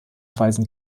weisen